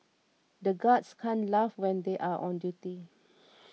the guards can't laugh when they are on duty